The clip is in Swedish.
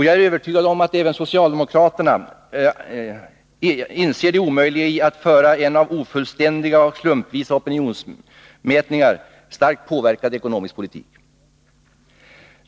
Jag är övertygad om att även socialdemokraterna inser det omöjliga i att föra en av ofullständiga och slumpvisa opinionsmätningar starkt påverkad ekonomisk politik.